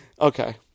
okay